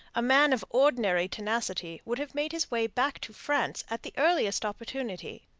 a man of ordinary tenacity would have made his way back to france at the earliest opportunity.